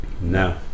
No